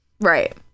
Right